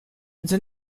the